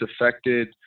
affected